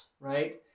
right